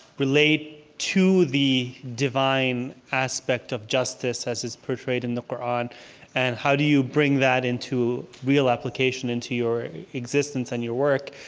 relate to the divine aspect of justice as it's portrayed in the qur'an and how do you bring that into real application, into your existence and your work?